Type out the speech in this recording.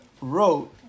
wrote